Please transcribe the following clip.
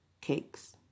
cakes